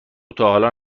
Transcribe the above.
تاحالا